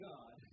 God